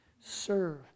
Serve